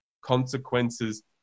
consequences